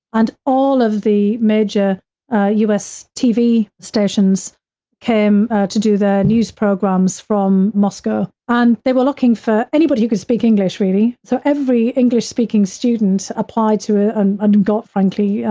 and all of the major u. s. tv stations came to do their news programs from moscow, and they were looking for anybody who could speak english, really. so, every english speaking student applied to, ah and and got, frankly,